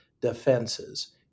defenses